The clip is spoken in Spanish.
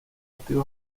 activo